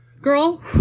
girl